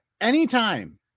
anytime